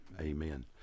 amen